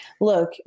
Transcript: Look